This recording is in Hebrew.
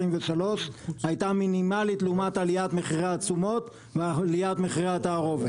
הייתה מינימלית לעומת עליית מחירי התשומות ועליית מחירי התערובת.